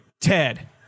Ted